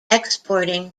exporting